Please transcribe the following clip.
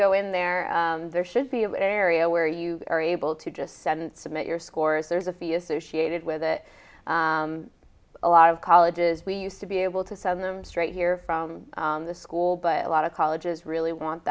go in there there should be of area where you are able to just set and submit your scores there's a fee associated with it a lot of colleges we used to be able to send them straight here from the school but a lot of colleges really want